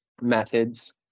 methods